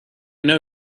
know